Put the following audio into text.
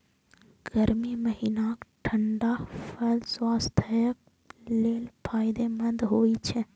गर्मी महीनाक ठंढा फल स्वास्थ्यक लेल फायदेमंद होइ छै